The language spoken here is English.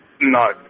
No